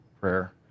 prayer